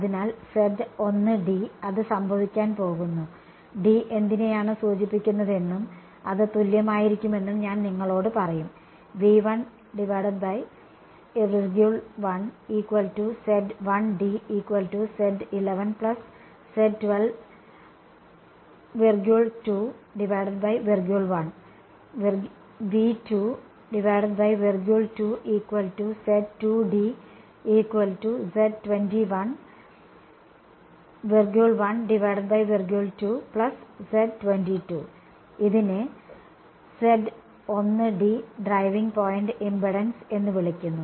അതിനാൽ അത് സംഭവിക്കാൻ പോകുന്നു എന്തിനെയാണ് സൂചിപ്പിക്കുന്നതെന്നും അത് തുല്യമായിരിക്കുമെന്നും ഞാൻ നിങ്ങളോട് പറയും ഇതിനെ ഡ്രൈവിംഗ് പോയിന്റ് ഇംപെഡൻസ് എന്ന് വിളിക്കുന്നു